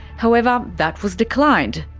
however, that was declined.